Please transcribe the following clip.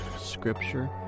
scripture